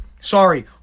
sorry